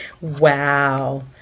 Wow